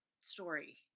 story